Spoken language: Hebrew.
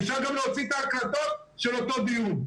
אפשר גם להוציא את ההקלטות של אותו דיון.